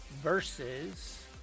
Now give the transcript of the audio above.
versus